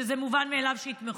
שזה מובן מאליו שיתמכו: